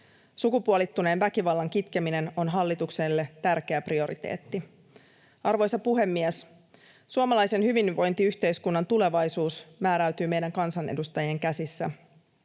Sukupuolittuneen väkivallan kitkeminen on hallitukselle tärkeä prioriteetti. Arvoisa puhemies! Suomalaisen hyvinvointiyhteiskunnan tulevaisuus määräytyy meidän kansanedustajien käsissä.